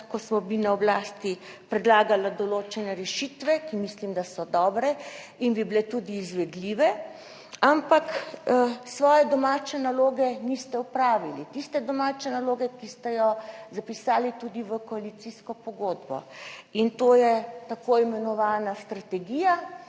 ko smo bili na oblasti, predlagala določene rešitve, ki mislim, da so dobre in bi bile tudi izvedljive, ampak svoje domače naloge niste opravili. Tiste domače naloge, ki ste jo zapisali tudi v koalicijsko pogodbo in to je tako imenovana strategija,